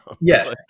Yes